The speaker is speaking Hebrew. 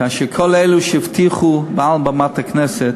כאשר כל אלה שהבטיחו מעל במת הכנסת,